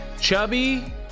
chubby